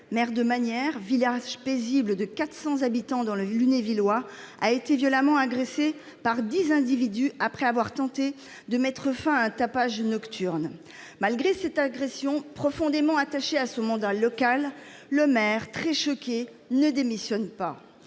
maire de Magnières, village paisible de 400 habitants dans le Lunévillois, a été violemment agressé par dix individus après avoir tenté de mettre fin à un tapage nocturne. Malgré cette agression, profondément attaché à son mandat local, le maire, très choqué, ne démissionne pas.